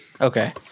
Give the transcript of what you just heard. Okay